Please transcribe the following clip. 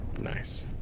Nice